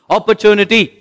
Opportunity